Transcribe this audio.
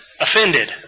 offended